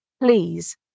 please